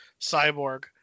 cyborg